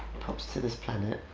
pops to this planet.